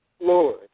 Lord